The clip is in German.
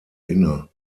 inne